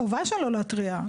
החובה שלו היא להתריע,